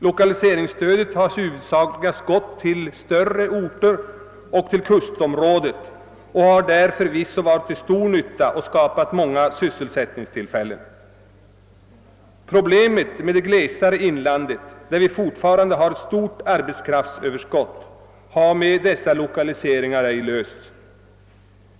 Lokaliseringsstödet har huvudsakligen gått till större orter och till kustområdet och har där förvisso varit till stor nytta och skapat många sysselsättningstillfällen. Problemet med det glesbefolkade inlandet, där vi fortfarande har ett stort arbetskraftsöverskott, har ej lösts med dessa lokaliseringar.